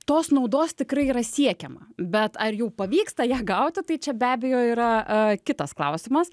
tos naudos tikrai yra siekiama bet ar jų pavyksta ją gauti tai čia be abejo yra kitas klausimas